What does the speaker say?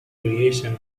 creation